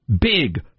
big